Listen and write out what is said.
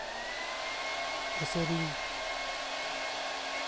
ᱮᱥᱮᱨᱤᱧ